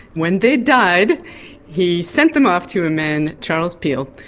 when they died he sent them off to a man, charles peel,